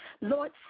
Lord